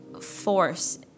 force